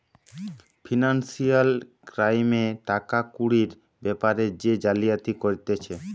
financial ক্রাইমে টাকা কুড়ির বেপারে যে জালিয়াতি করতিছে